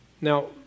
Now